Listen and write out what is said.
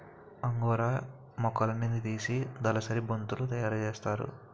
angora మేకలున్నితీసి దలసరి బొంతలు తయారసేస్తారు